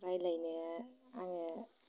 रायज्लायनो आङो